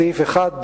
בסעיף 1,